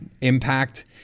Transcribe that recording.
impact